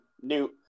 new